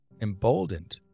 emboldened